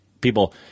people